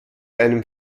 einem